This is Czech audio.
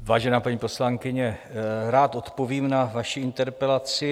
Vážená paní poslankyně, rád odpovím na vaši interpelaci.